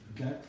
okay